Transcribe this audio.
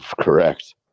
correct